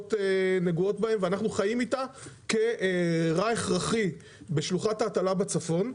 להקות נגועות בזה ואנחנו חיים אותה כרע הכרחי בשלוחת ההטלה בצפון.